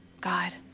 God